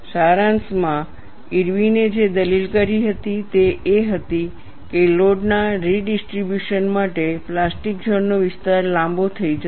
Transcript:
સારાંશમાં ઇરવિને જે દલીલ કરી હતી તે એ હતી કે લોડ ના રીડિસ્ટ્રિબ્યુશન માટે પ્લાસ્ટિક ઝોન નો વિસ્તાર લાંબો થઈ જશે